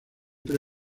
pre